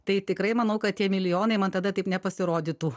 tai tikrai manau kad tie milijonai man tada taip nepasirodytų